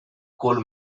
coal